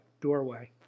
doorway